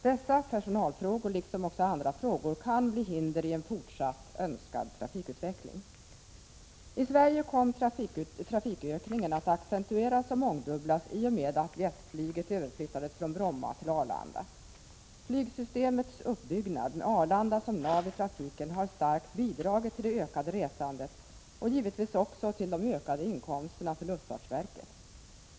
Dessa personalfrågor liksom även andra frågor kan också bli hinder i en fortsatt, önskad trafikutveckling. I Sverige kom trafikökningen att accentueras och mångdubblas i och med att jetflyget överflyttades från Bromma till Arlanda. Flygsystemets uppbyggnad med Arlanda som nav i trafiken har starkt bidragit till det ökade resandet och givetvis också till de ökade inkomsterna för luftfartsverket.